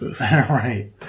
Right